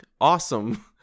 awesome